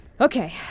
Okay